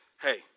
hey